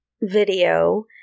video